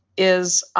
is